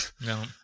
no